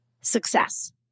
Success